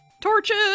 Torches